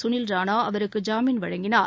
சுனில் ராணா அவருக்கு ஜாமீன் வழங்கினார்